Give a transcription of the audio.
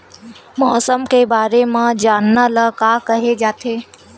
मौसम के बारे म जानना ल का कहे जाथे?